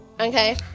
Okay